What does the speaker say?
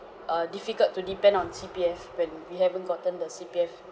err difficult to depend on C_P_F when we haven't gotten the C_P_F